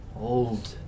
Old